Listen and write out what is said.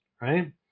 right